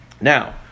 Now